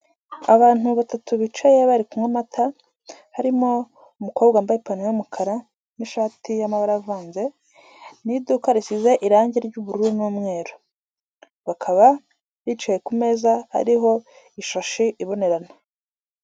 Abantu batatu bicaye bari kunywa amata, harimo umukobwa wambaye ipantaro y'umukara n'ishati y'amabara avanze, mu iduka risize irangi r'ubururu n'umweru, bakaba bicaye kumeza hariho ishashi ibonerana.